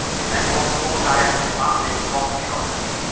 if any one knowed i had this map they'd rob me of it.